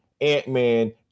Ant-Man